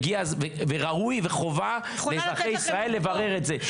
וראוי וחובה לאזרחי ישראל לברר את זה.